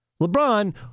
LeBron